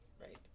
right